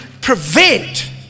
prevent